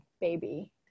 baby